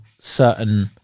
certain